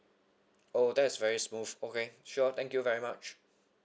oh that is very smooth okay sure thank you very much